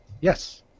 Yes